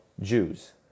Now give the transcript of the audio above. Jews